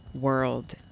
world